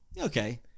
okay